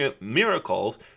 miracles